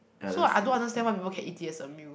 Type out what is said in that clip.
so I don't understand why people can eat it as a meal